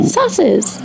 Sauces